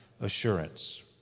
assurance